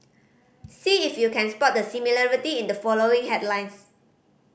see if you can spot the similarity in the following headlines